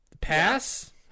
Pass